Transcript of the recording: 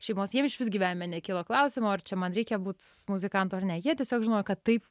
šeimos jiem išvis gyvenime nekilo klausimo ar čia man reikia būt muzikantu ar ne jie tiesiog žinojo kad taip